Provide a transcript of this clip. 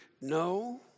no